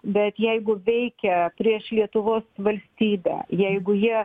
bet jeigu veikia prieš lietuvos valstybę jeigu jie